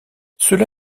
cela